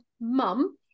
mum